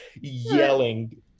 yelling